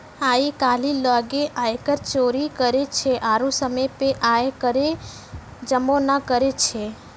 आइ काल्हि लोगें आयकर चोरी करै छै आरु समय पे आय कर जमो नै करै छै